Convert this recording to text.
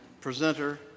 presenter